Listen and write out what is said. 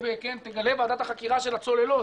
תגלה ועדת החקירה של הצוללות